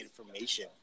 information